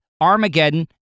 Armageddon